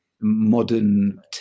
modern